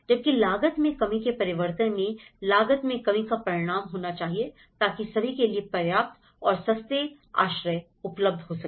जबकि लागत में कमी के परिवर्तन में लागत में कमी का परिणाम होना चाहिए ताकि सभी के लिए पर्याप्त और सस्ते आश्रय उपलब्ध हो सके